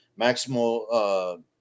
maximal